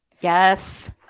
Yes